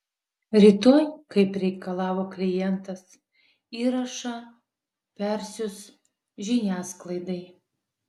rytoj kaip reikalavo klientas įrašą persiųs žiniasklaidai